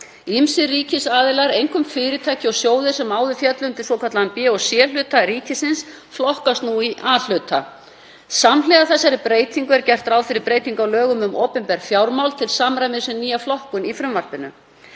Ýmsir ríkisaðilar, einkum fyrirtæki og sjóðir sem áður féllu undir svokallaðan B- og C-hluta ríkisins, flokkast nú í A-hluta. Samhliða þeirri breytingu er gert ráð fyrir breytingu á lögum um opinber fjármál til samræmis við nýja flokkun í frumvarpinu.